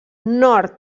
nord